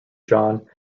john